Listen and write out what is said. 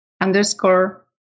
underscore